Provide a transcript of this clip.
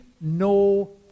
no